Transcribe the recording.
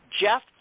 Jeff